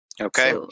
Okay